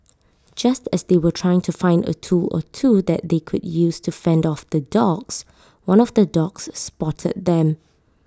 just as they were trying to find A tool or two that they could use to fend off the dogs one of the dogs spotted them